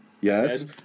Yes